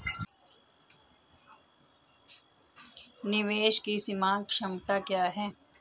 निवेश की सीमांत क्षमता क्या है?